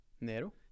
Nero